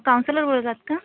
counsellor बोलत आत का